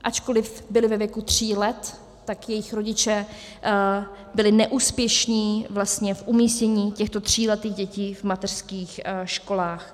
Ačkoliv byly ve věku tří let, tak jejich rodiče byli neúspěšní vlastně v umístění těchto tříletých dětí v mateřských školách.